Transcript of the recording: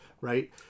right